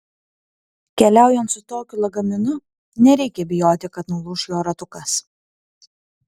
keliaujant su tokiu lagaminu nereikia bijoti kad nulūš jo ratukas